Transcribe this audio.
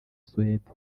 suwedi